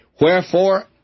Wherefore